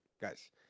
Guys